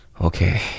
Okay